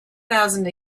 thousand